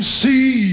see